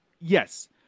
Yes